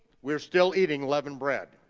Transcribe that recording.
we're still eating leavened bread.